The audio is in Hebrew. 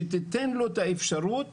שתיתן לו את האפשרות